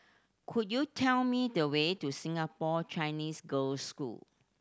could you tell me the way to Singapore Chinese Girls' School